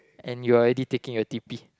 and you are already taking your t_p